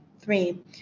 Three